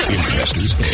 Investor's